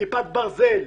כיפת ברזל,